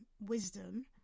wisdom